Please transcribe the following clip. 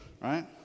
right